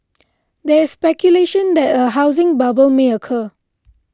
there is speculation that a housing bubble may occur